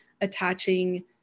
attaching